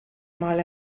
mal